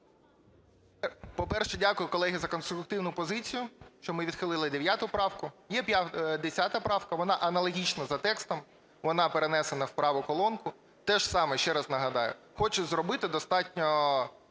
По-перше, дякую, колеги, за конструктивну позицію, що ми відхилили 9 правку. Є 10 правка, вона аналогічна за текстом, вона перенесена в праву колонку. Те ж саме, ще раз нагадаю, хочуть зробити достатньо